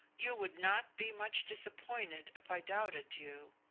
you would not be much disappointed if i doubted you.